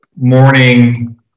morning